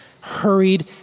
hurried